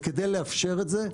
וכדי לאפשר את זה,